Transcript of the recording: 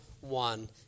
one